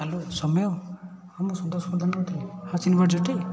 hello Soumya ହଁ ମୁଁ ସୁଦର୍ଶନ କହୁଥିଲି ହଁ ଚିନ୍ହିପାରୁଛୁ ଟି